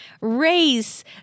race